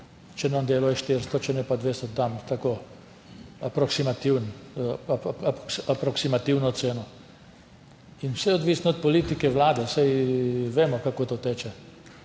ne bom delal, je 400, če ne pa 200, dam aproksimativno oceno. In vse je odvisno od politike vlade, saj vemo, kako to teče.